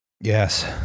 Yes